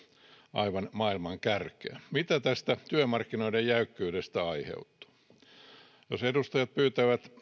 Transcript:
aivan maailman kärkeä mitä tästä työmarkkinoiden jäykkyydestä aiheutuu jos edustajat pyytävät